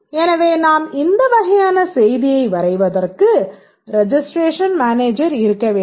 எனவே நாம் இந்த வகையான செய்தியை வரைவதற்கு ரெஜிஸ்ட்ரேஷன் மேனேஜர் இருக்க வேண்டும்